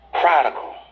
Prodigal